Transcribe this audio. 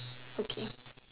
okay